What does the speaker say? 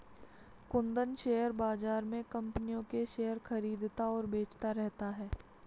Kundan share बाज़ार में कम्पनियों के शेयर खरीदता और बेचता रहता है